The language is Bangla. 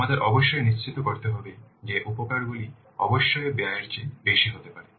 আমাদের অবশ্যই নিশ্চিত করতে হবে যে উপকারগুলি অবশ্যই ব্যয়ের চেয়ে বেশি হতে হবে